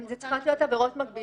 הן צריכות להיות עבירות מקבילות,